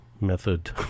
method